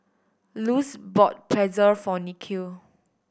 Luz bought Pretzel for Nikhil